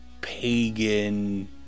Pagan